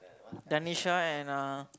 Danisha and uh